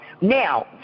Now